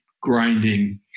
grinding